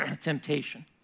temptation